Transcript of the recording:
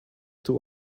two